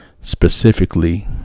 specifically